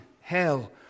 hell